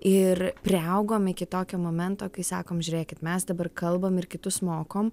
ir priaugom iki tokio momento kai sakome žiūrėkit mes dabar kalbam ir kitus mokom